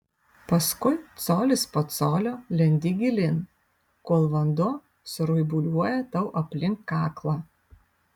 paskui colis po colio lendi gilyn kol vanduo suraibuliuoja tau aplink kaklą